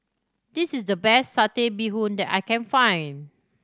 this is the best Satay Bee Hoon that I can find